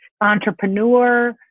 entrepreneur